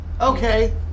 Okay